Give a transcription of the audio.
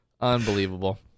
Unbelievable